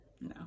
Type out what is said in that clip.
no